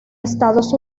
estados